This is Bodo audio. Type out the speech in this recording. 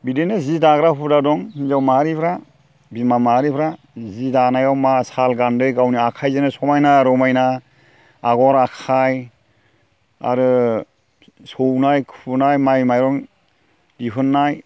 बिदिनो जि दाग्रा हुदा दं हिनजाव माहारिफ्रा बिमा माहारिफ्रा जि दानायाव मा साल गान्दै गावनि आखाइजोंनो समाइना रमाइना आगर आखाइ आरो सौनाय खुनाय माइ माइरं दिहुननाय